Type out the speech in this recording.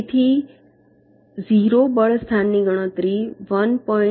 તેથી 0 બળ સ્થાન ની ગણતરી 1